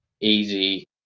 easy